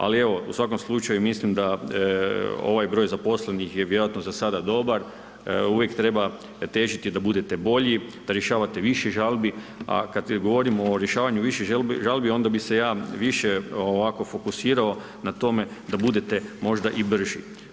Ali evo, u svakom slučaju mislim da ovaj broj zaposlenih je vjerojatno za sada dobar, uvijek treba težiti da budete bolji, da rješavate više žalbi a kada govorimo o rješavanju više žalbi onda bi se ja više ovako fokusirao na tome da budete možda i brži.